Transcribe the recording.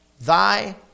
thy